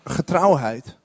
getrouwheid